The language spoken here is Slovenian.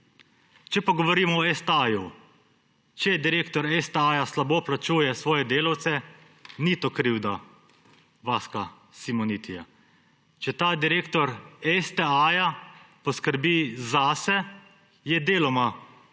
Če pa govorimo o STA. Če direktor STA slabo plačuje svoje delavce, to ni krivda Vaska Simonitija. Če ta direktor STA poskrbi zase, je to deloma krivda